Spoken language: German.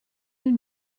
den